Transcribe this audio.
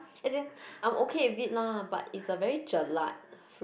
as in I'm okay with it lah but it's a very jelak fruit